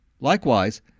Likewise